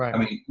i mean,